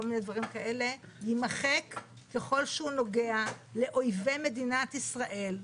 מיני דברים כאלה יימחק ככל שהוא נוגע לאויבי מדינת ישראל,